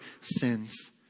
sins